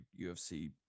UFC